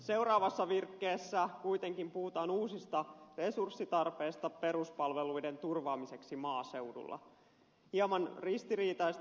seuraavassa virkkeessä kuitenkin puhutaan uusista resurssitarpeista peruspalveluiden turvaamiseksi maaseudulla hieman ristiriitaista